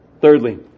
Thirdly